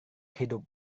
hidup